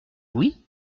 oui